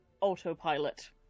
autopilot